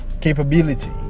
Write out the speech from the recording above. capability